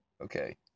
Okay